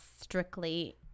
strictly